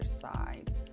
side